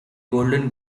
golden